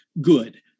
good